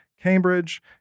Cambridge